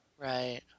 Right